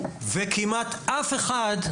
וכמעט אף אחד,